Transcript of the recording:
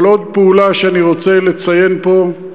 אבל עוד פעולה שאני רוצה לציין פה,